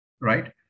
Right